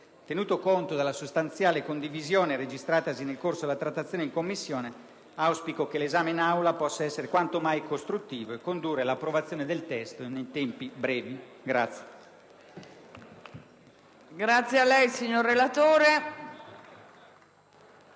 Tenuto conto della sostanziale condivisione registratasi nel corso della trattazione in Commissione, auspico che l'esame in Aula possa essere quanto mai costruttivo e condurre all'approvazione del testo in tempi brevi.